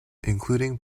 including